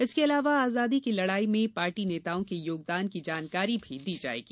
इसके अलावा आजादी की लड़ाई में पार्टी नेताओं के योगदान की जानकारी दी जायेगी